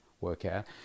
workout